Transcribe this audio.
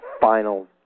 final